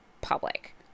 public